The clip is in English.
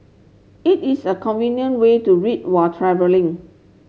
it is a convenient way to read while travelling